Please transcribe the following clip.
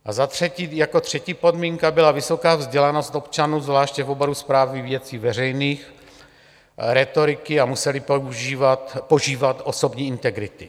A za třetí, jako třetí podmínka byla vysoká vzdělanost občanů, zvláště v oboru správy věcí veřejných, rétoriky a museli požívat osobní integrity.